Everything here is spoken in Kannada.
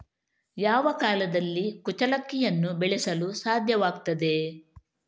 ಯಾವ ಕಾಲದಲ್ಲಿ ಕುಚ್ಚಲಕ್ಕಿಯನ್ನು ಬೆಳೆಸಲು ಸಾಧ್ಯವಾಗ್ತದೆ?